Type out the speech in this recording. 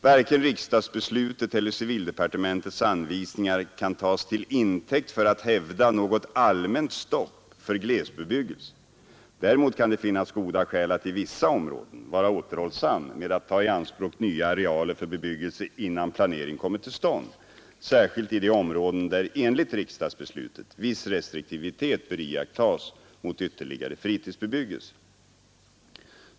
Varken riksdagsbeslutet eller civildepartementets anvisningar kan tas till intäkt för att hävda något allmänt stopp för glesbebyggelse. Däremot kan det finnas goda skäl att i vissa områden vara återhållsam med att ta i anspråk nya arealer för bebyggelse innan planering kommit till stånd, särskilt i de områden där enligt riksdagsbeslutet viss restriktivitet bör iakttas mot ytterligare fritidsbebyggelse.